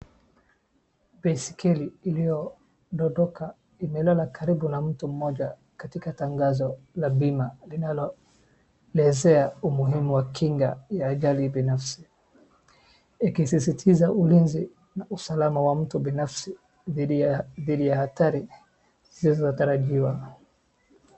Baiskeli iliyodondoka imelala karibu na mtu moja katika tangazo la bima linaloelezea umuhimu wa kinga ya ajali binafsi ikisisitiza ulinzi na usalama wa mtu binafsi dhidi ya hatari zisizotarajiwa.